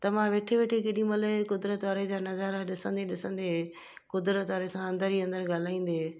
त मां वेठे वेठे केॾी महिल क़ुदिरत वारे जा नज़ारा ॾिसंदे ॾिसंदे क़ुदिरत वारे सां अंदरि ई अंदरि ॻाल्हाईंदे